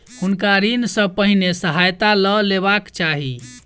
हुनका ऋण सॅ पहिने सहायता लअ लेबाक चाही